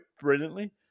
brilliantly